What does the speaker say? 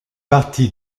partie